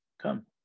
Come